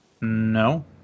No